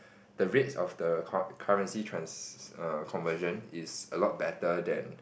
the rates of the currency trans~ err conversion is a lot better than